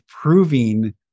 proving